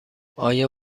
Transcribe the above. آیا